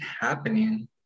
happening